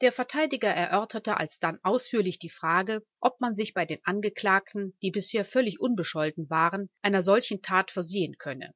der verteidiger erörterte alsdann ausführlich die frage ob man sich bei den angeklagten die bisher völlig unbescholten waren einer solchen tat versehen könne